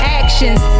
actions